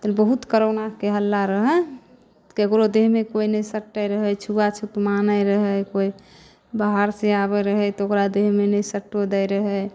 मतलब बहुत कोरोनाके हल्ला रहै केकरो देह मे कोइ नहि सटै रहै छुआछूत मानै रहै कोइ बाहर से आबै रहै तऽ ओकरा देह मे नहि सटो दै रहय